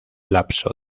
lapso